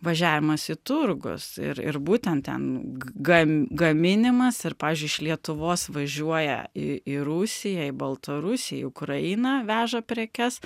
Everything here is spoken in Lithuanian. važiavimas į turgus ir ir būtent ten gan gaminimas ir pavyzdžiui iš lietuvos važiuoja į į rusiją į baltarusiją į ukrainą veža prekes